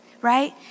right